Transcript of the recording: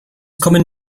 kommen